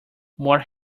more